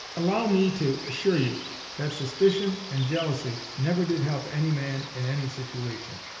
allow me to assure you that suspicion and jealousy never did help any man in any situation.